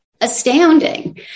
astounding